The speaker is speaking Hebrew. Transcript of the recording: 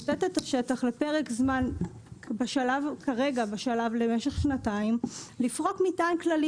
כרגע לפרק זמן של שנתיים כדי לפרוק מטען כללי